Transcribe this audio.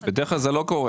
בדרך כלל זה לא קורה.